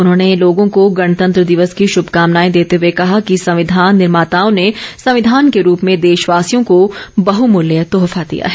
उन्होंने लोगों को गणतंत्र दिवस की शुभकामनाए देते हुए कहा कि संविधान निर्मोताओं ने संविधान के रूप में देशवासियों को बहुमूल्य तोहफा दिया है